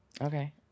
okay